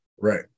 Right